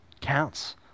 counts